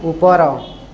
ଉପର